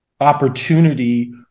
opportunity